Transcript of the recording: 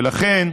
ולכן,